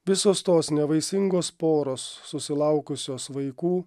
visos tos nevaisingos poros susilaukusios vaikų